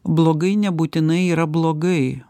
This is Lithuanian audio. blogai nebūtinai yra blogai